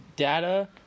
Data